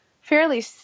fairly